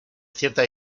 cierta